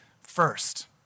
first